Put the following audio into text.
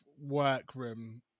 workroom